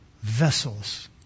vessels